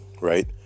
right